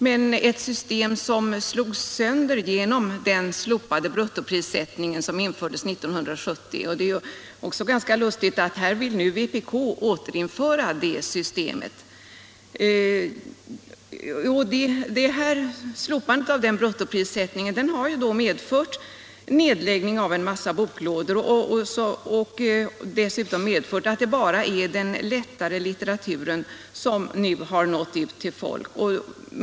Men det slogs sönder genom den slopade bruttoprissättning vi fick 1970. Det är ganska lustigt att vpk nu vill återinföra det systemet. Slopandet av bruttoprissättningen medförde en nedläggning av en mängd boklådor och gjorde dessutom att bara den lättare litteraturen nu når ut till människorna.